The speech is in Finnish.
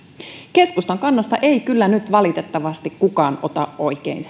keskustan kannasta ei kyllä nyt valitettavasti kukaan ota oikein